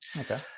Okay